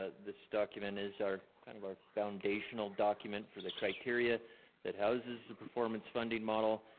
this document is our, kind of our foundational document for the criteria that houses the performance funding model,